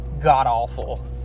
god-awful